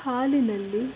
ಹಾಲಿನಲ್ಲಿ